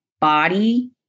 body